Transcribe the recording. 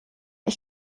ich